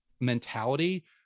mentality